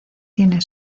tiene